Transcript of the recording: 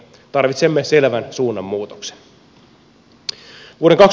tarvitsemme selvän suunnanmuutoksen